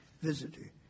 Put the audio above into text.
visitor